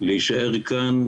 להישאר כאן,